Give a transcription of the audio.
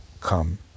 come